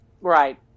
right